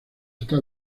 está